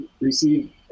receive